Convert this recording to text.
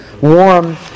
warm